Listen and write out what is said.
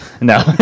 No